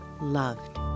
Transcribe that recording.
loved